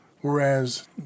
Whereas